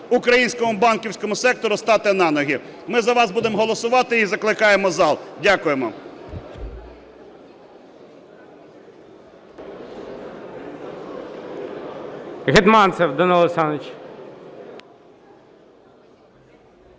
українському банківському сектору стати на ноги. Ми за вас будемо голосувати і закликаємо зал. Дякуємо.